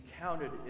counted